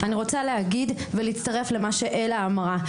אני רוצה להצטרף למה שאלה אמרה.